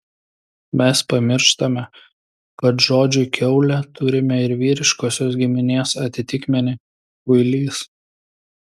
mes pamirštame kad žodžiui kiaulė turime ir vyriškosios giminės atitikmenį kuilys